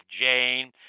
Jane